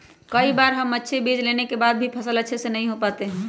कई बार हम अच्छे बीज लेने के बाद भी फसल अच्छे से नहीं हो पाते हैं?